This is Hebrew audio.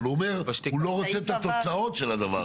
אבל הוא אומר שהוא לא רוצה את התוצאות של הדבר הזה.